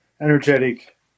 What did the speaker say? energetic